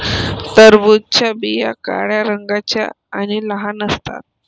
टरबूजाच्या बिया काळ्या रंगाच्या आणि लहान असतात